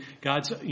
God's